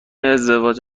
ازدواج